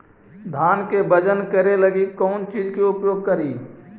धान के बजन करे लगी कौन चिज के प्रयोग करि?